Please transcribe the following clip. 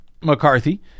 McCarthy